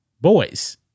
boys